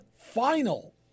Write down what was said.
Final